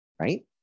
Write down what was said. Right